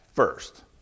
First